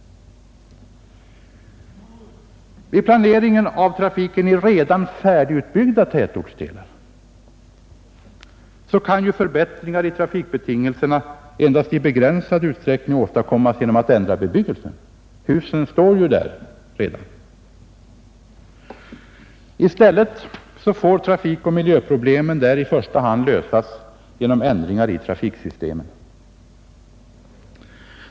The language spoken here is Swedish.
Vid planeringen av trafiken i redan färdigutbyggda tätortsdelar kan ju förbättringar i trafikbetingelserna endast i begränsad utsträckning åstadkommas genom att bebyggelsen ändras — husen står ju där redan. I stället får trafikoch miljöproblemen där i första hand lösas genom ändringar i trafiksystemet.